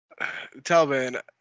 Taliban